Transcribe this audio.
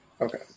Okay